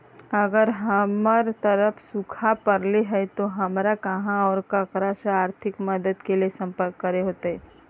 अगर हमर तरफ सुखा परले है तो, हमरा कहा और ककरा से आर्थिक मदद के लिए सम्पर्क करे होतय?